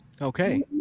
Okay